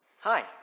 Hi